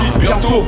Bientôt